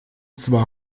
zwar